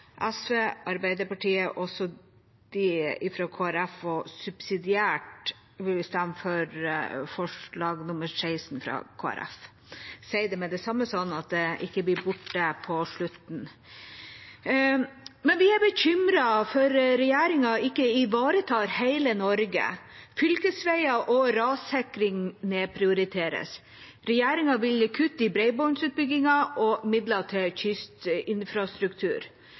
SV, Arbeiderpartiet og Kristelig Folkeparti, og subsidiært vil vi stemme forslag nr. 16, fra Kristelig Folkeparti. Jeg sier det med det samme, slik at det ikke blir borte på slutten. Vi er bekymret fordi regjeringa ikke ivaretar hele Norge. Fylkesveier og rassikring nedprioriteres. Regjeringa vil kutte i bredbåndsutbyggingen og i midler til kystinfrastruktur.